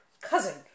Cousin